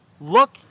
Look